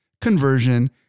conversion